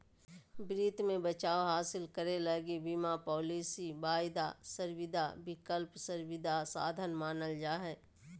वित्त मे बचाव हासिल करे लगी बीमा पालिसी, वायदा संविदा, विकल्प संविदा साधन मानल जा हय